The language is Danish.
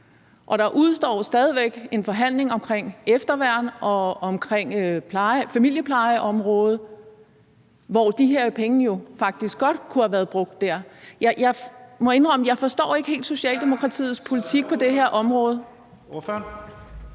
Og der udestår stadig væk en forhandling omkring efterværn og omkring familieplejeområdet, hvor de her penge jo faktisk godt kunne have været brugt. Jeg må indrømme, at jeg ikke helt forstår Socialdemokratiets politik på det her område.